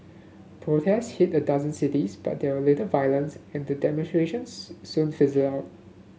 protests hit a dozen cities but there were little violence and the demonstrations soon fizzled out